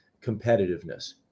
competitiveness